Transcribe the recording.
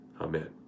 Amen